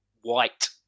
White